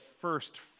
first